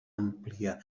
àmplia